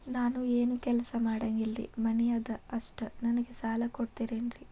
ನಾನು ಏನು ಕೆಲಸ ಮಾಡಂಗಿಲ್ರಿ ಮನಿ ಅದ ಅಷ್ಟ ನನಗೆ ಸಾಲ ಕೊಡ್ತಿರೇನ್ರಿ?